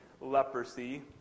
leprosy